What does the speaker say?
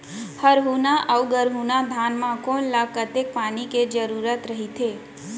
हरहुना अऊ गरहुना धान म कोन ला कतेक पानी के जरूरत रहिथे?